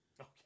Okay